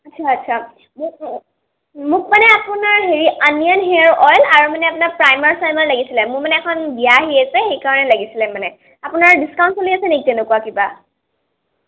আচ্ছা আচ্ছা মোক মোক মানে আপোনাৰ হেৰি আনিয়ন হেয়াৰ অইল আৰু মানে আপোনাৰ প্ৰাইমাৰ চাইমাৰ লাগিছিলে মোৰ মানে এখন বিয়া আহি আছে সেইকাৰণে লাগিছিলে মানে আপোনাৰ ডিচকাউণ্ট চলি আছে নেকি তেনেকুৱা কিবা